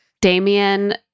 Damien